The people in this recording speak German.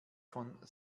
von